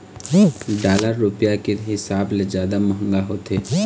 dollar रुपया के हिसाब ले जादा मंहगा होथे